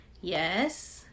yes